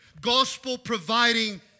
gospel-providing